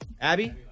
Abby